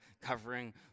covering